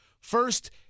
First